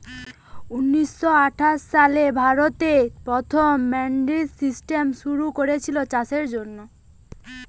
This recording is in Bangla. ঊনিশ শ আঠাশ সালে ভারতে প্রথম মান্ডি সিস্টেম শুরু কোরেছিল চাষের জন্যে